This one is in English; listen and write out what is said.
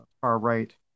far-right